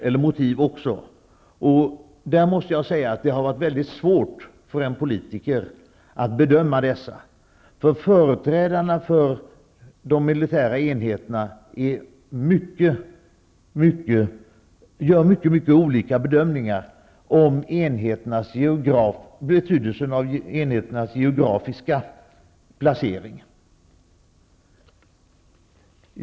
Jag måste säga att det för en politiker har varit väldigt svårt att bedöma dessa. Företrädarna för de militära enheterna gör nämligen mycket mycket olika bedömningar av betydelsen av enheternas geografiska placering.